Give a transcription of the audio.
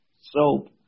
soap